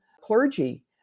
clergy